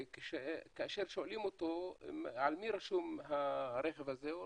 וכאשר שואלים אותו על מי רשום הרכב הזה,